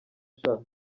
sha